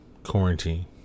Quarantine